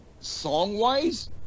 Song-wise